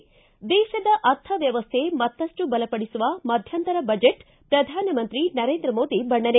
ಿಂ ದೇಶದ ಅರ್ಥ ವ್ಯವಸ್ಥೆ ಮತ್ತಷ್ಟು ಬಲಪಡಿಸುವ ಮಧ್ಯಂತರ ಬಜೆಟ್ ಪ್ರಧಾನಮಂತ್ರಿ ನರೇಂದ್ರ ಮೋದಿ ಬಣ್ಣನೆ